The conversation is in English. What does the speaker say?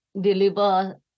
deliver